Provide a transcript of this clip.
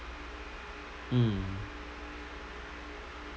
mm